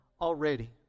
already